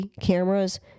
cameras